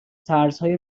ترسهای